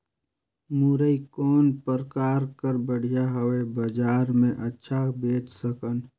मुरई कौन प्रकार कर बढ़िया हवय? बजार मे अच्छा बेच सकन